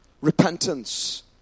repentance